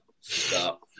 stop